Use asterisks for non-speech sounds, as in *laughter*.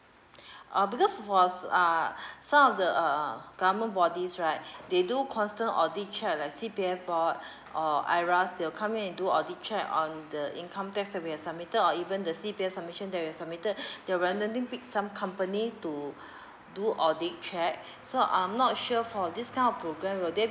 uh because for uh some of the uh government bodies right *breath* they do constant audit check like C_P_F board *breath* or they're come and do audit check on the income tax that we're submitted or even the C_P_F submission that we've submitted *breath* they're randomly pick some company to *breath* do audit check *breath* so I'm not sure for this kind of program will there